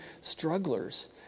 strugglers